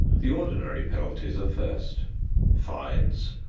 the ordinary penalties are first fines,